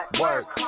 work